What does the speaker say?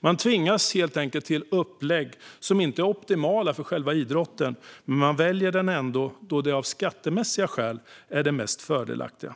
Man tvingas helt enkelt till upplägg som inte är optimala för själva idrotten, men man väljer det ändå då det av skattemässiga skäl är det mest fördelaktiga.